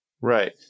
Right